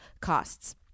costs